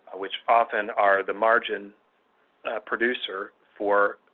which often are the margin producer for